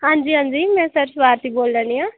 हांजी हांजी में सरस भारती बोल्लै निं आं